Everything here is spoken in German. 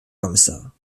kommissar